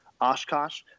Oshkosh